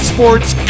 Sports